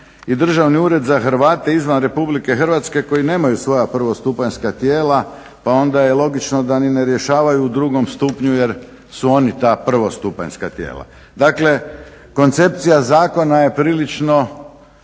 Državni ured za Hrvate izvan Republike Hrvatske koji nemaju svoja prvostupanjska tijela, pa onda je logično da ni ne rješavaju u drugom stupnju jer su oni ta prvostupanjska tijela. Dakle koncepcija zakona je prilično